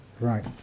Right